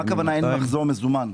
מה הכוונה שאין מחזור מזומן?